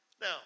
Now